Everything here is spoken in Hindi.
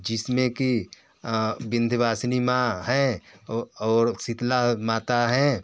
जिस में कि विंध्यवासिनी माँ हैं और शीतला माता हैं